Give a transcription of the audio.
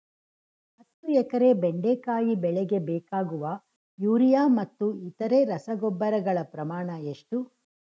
ಹತ್ತು ಎಕರೆ ಬೆಂಡೆಕಾಯಿ ಬೆಳೆಗೆ ಬೇಕಾಗುವ ಯೂರಿಯಾ ಮತ್ತು ಇತರೆ ರಸಗೊಬ್ಬರಗಳ ಪ್ರಮಾಣ ಎಷ್ಟು?